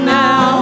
now